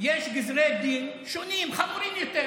יש גזרי דין שונים, חמורים יותר.